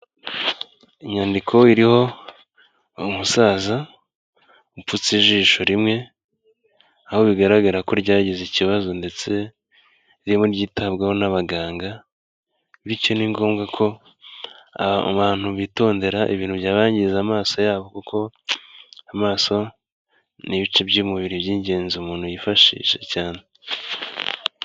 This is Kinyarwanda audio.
Inyandiko iriho umusaza upfutse ijisho rimwe, aho bigaragara ko ryagize ikibazo ndetse ririmo ryitabwaho n'abaganga, bityo ni ngombwa ko abantu bitondera ibintu byabangiza amaso yabo kuko, amaso ni ibice by'umubiri by'ingenzi umuntu yifashisha cyane.